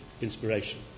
inspiration